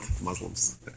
Muslims